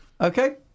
okay